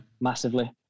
massively